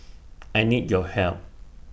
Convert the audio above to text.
I need your help